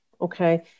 okay